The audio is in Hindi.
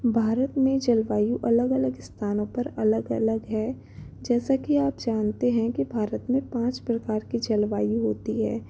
भारत में जलवायु अलग अलग स्थानों पर अलग अलग है जैसा कि आप जानते हैं कि भारत में पाँच प्रकार की जलवायु होती है